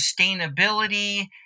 sustainability